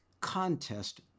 contest